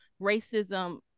racism